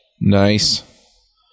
Nice